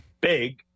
big